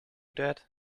that